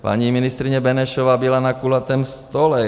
Paní ministryně Benešová byla na kulatém stole.